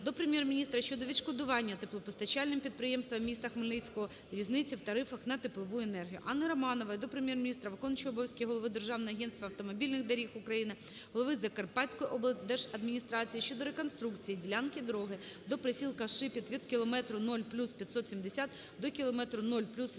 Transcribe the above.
до Прем'єр-міністра щодо відшкодування теплопостачальним підприємствам міста Хмельницького різниці в тарифах на теплову енергію. Анни Романової до Прем'єр-міністра, виконуючого обов'язки голови Державного агентства автомобільних доріг України, голови Закарпатської облдержадміністрації щодо реконструкції ділянки дороги до присілка "Шипіт" від кілометру 0 + 570 до кілометру 0